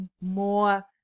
more